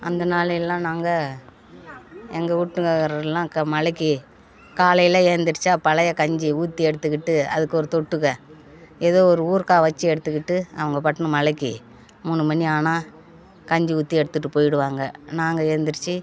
அந்த நாளேல்லாம் நாங்கள் எங்கள் வீட்டுக்காரர் எல்லாம் மலைக்கு காலையில் எந்திரிச்சால் பழைய கஞ்சி ஊற்றி எடுத்துக்கிட்டு அதுக்கு ஒரு தொட்டுக்க ஏதோ ஒரு ஊறுகாய் வச்சு எடுத்துக்கிட்டு அவங்க பாட்டுன்னு மலைக்கு மூணுமணி ஆனால் கஞ்சி ஊற்றி எடுத்துகிட்டு போய்டுவாங்க நாங்கள் எந்திரிச்சு